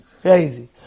crazy